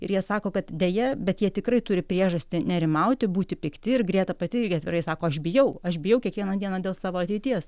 ir jie sako kad deja bet jie tikrai turi priežastį nerimauti būti pikti ir grieta pati irgi atvirai sako aš bijau aš bijau kiekvieną dieną dėl savo ateities